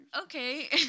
Okay